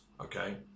okay